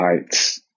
heights